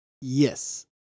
Yes